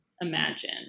imagine